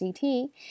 CT